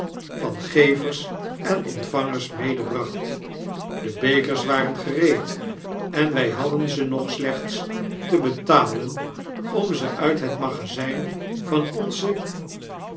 van gevers en ontvangers medebracht de bekers waren gereed en wy hadden ze nog slechts te betalen om ze uit het magazyn van onzen